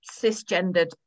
cisgendered